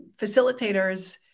facilitators